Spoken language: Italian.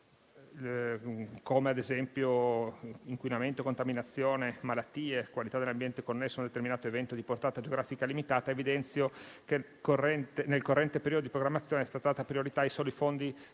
come ad esempio inquinamento, contaminazione, malattie e qualità dell'ambiente connessa ad un determinato evento di portata geografica limitata, evidenzio che nel corrente periodo di programmazione è stata data priorità ai soli fondi